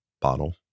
bottle